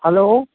hello